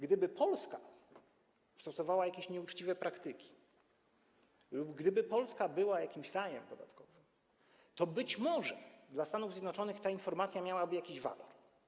Gdyby Polska stosowała jakieś nieuczciwe praktyki lub gdyby Polska była jakimś rajem podatkowym, to być może dla Stanów Zjednoczonych ta informacja miałaby jakiś walor.